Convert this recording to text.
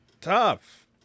Tough